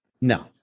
no